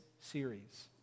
series